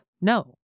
No